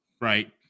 right